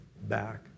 back